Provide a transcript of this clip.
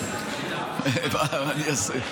מה אני אעשה?